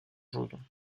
jaune